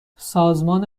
سازمان